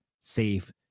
safe